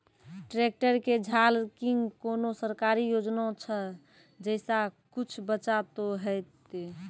Tractor के झाल किंग कोनो सरकारी योजना छ जैसा कुछ बचा तो है ते?